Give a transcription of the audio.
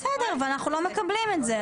בסדר, ואנחנו לא מקבלים את זה.